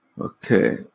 Okay